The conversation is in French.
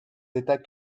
d’état